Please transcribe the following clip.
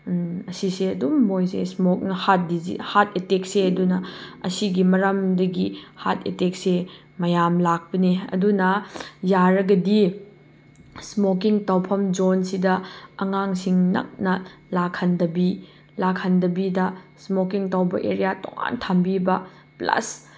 ꯑꯁꯤꯁꯦ ꯑꯗꯨꯝ ꯃꯣꯏꯁꯦ ꯏꯁꯃꯣꯛꯅ ꯍꯥꯔꯠ ꯍꯥꯔꯠ ꯑꯦꯇꯦꯛꯁꯦ ꯑꯗꯨꯅ ꯑꯁꯤꯒꯤ ꯃꯔꯝꯗꯒꯤ ꯍꯥꯔꯠ ꯑꯦꯇꯦꯛꯁꯦ ꯃꯌꯥꯝ ꯂꯥꯛꯄꯅꯦ ꯑꯗꯨꯅ ꯌꯥꯔꯒꯗꯤ ꯏꯁꯃꯣꯀꯤꯡ ꯇꯧꯐꯝ ꯖꯣꯟꯁꯤꯗ ꯑꯉꯥꯡꯁꯤꯡ ꯅꯛꯅ ꯂꯥꯛꯍꯟꯗꯕꯤ ꯂꯥꯛꯍꯟꯗꯕꯤꯗ ꯏꯁꯃꯣꯀꯤꯡ ꯇꯧꯕ ꯑꯦꯔꯤꯌꯥ ꯇꯣꯉꯥꯟ ꯊꯝꯕꯤꯕ ꯄ꯭ꯂꯁ